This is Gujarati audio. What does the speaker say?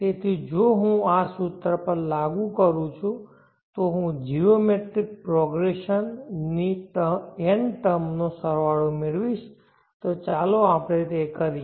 તેથી જો હું આ સૂત્ર પર લાગુ કરું છું તો હું જીઓમેટ્રિક પ્રોગ્રેસન ની n ટર્મ નો સરવાળો મેળવીશ ચાલો આપણે તે કરીએ